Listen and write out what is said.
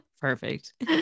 perfect